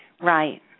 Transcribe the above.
Right